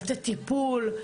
לתת טיפול,